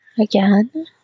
again